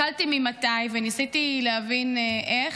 הסתכלתי ממתי וניסיתי להבין איך,